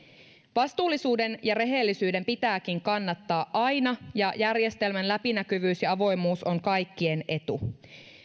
vastuullisuuden ja rehellisyyden pitääkin kannattaa aina ja järjestelmän läpinäkyvyys ja avoimuus on kaikkien etu